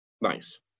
Nice